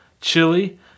Chili